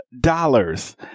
dollars